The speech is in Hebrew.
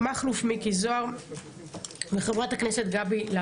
מכלוף מיקי זוהר וחברת הכנסת גבי לסקי.